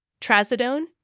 Trazodone